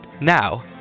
Now